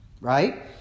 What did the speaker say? Right